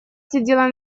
сидела